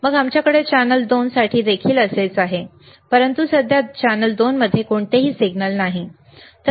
मग आमच्याकडे चॅनेल 2 साठी देखील असेच आहे परंतु सध्या चॅनेल 2 मध्ये कोणतेही सिग्नल नाही